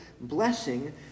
blessing